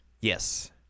Yes